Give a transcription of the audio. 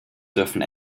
dürfen